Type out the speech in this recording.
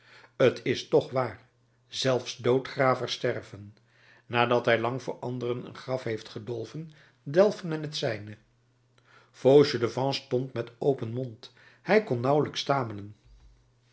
t is toch waar zelfs doodgravers sterven nadat hij lang voor anderen een graf heeft gedolven delft men het zijne fauchelevent stond met open mond hij kon nauwelijks stamelen